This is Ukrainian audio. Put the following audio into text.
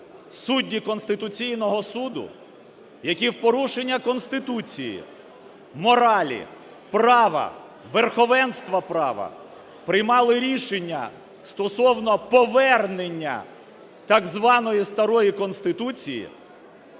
судді Конституційного Суду, які в порушення Конституції, моралі, права, верховенства права приймали рішення стосовно повернення так званої старої Конституції,